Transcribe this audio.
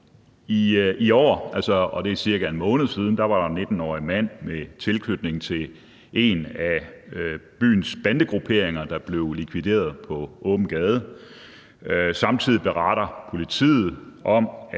I år for cirka en måned siden var der en 19-årig mand med tilknytning til en af byens bandegrupperinger, der blev likvideret på åben gade. Samtidig beretter politiet om, at